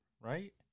right